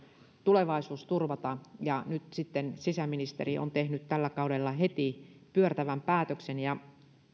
tulevaisuus turvata ja nyt sitten sisäministeri on tehnyt tällä kaudella heti pyörtävän päätöksen